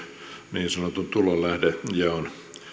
niin sanotun tulolähdejaon